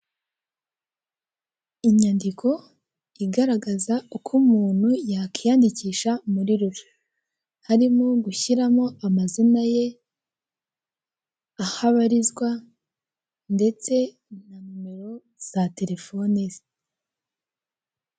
Inyandiko igaragaza uko umuntu yakiyandikisha muri rura, harimo gushyiramo amazina ye, ahabarizwa, ndetse na numero za telefoni ze.